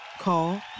Call